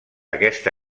aquesta